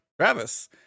Travis